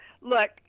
look